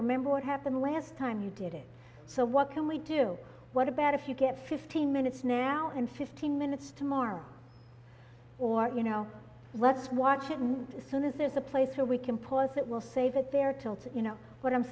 remember what happened last time you did it so what can we do what about if you get fifteen minutes now and fifteen minutes tomorrow or you know what's watch and soon as there's a place where we can pause it will say that there tilts you know what i'm